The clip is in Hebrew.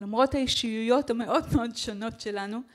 למרות האישיויות המאוד מאוד שונות שלנו.